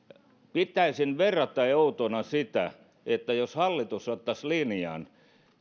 pitäisin verrattain outona sitä jos hallitus ottaisi linjan